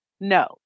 No